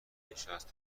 مینشست